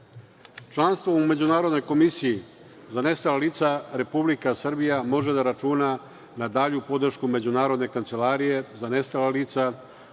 u Međunarodnoj komisiji za nestala lica Republika Srbija može da računa na dalju podršku Međunarodne kancelarije za nestala lica u rešavanju